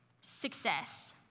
success